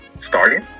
Starting